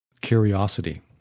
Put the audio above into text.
Curiosity